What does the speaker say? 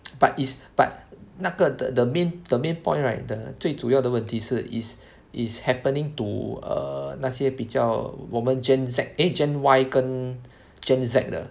but is but 那个 the the main the main point right the 最主要的问题是 is is happening to err 那些比较我们 gen Z eh gen Y 跟 gen Z 的